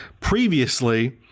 previously